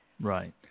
Right